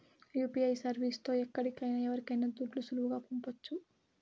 UPI service తో ఎక్కడికైనా ఎవరికైనా దుడ్లు సులువుగా పంపొచ్చు